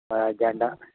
జెండా